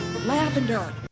Lavender